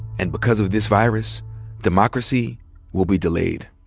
and because of this virus democracy will be delayed.